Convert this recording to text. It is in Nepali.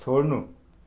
छोड्नु